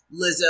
Lizzo